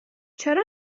چرا